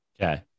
okay